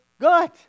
good